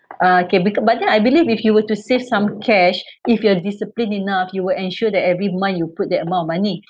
uh okay beca~ but then I believe if you were to save some cash if you're disciplined enough you will ensure that every month you put that amount of money